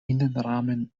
innenrahmen